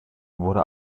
wurde